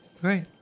Great